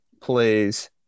plays